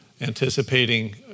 anticipating